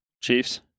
Chiefs